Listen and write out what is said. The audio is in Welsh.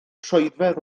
troedfedd